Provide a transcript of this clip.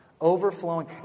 overflowing